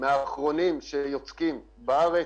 מהאחרונים שיוצקים בארץ.